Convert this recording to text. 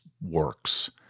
works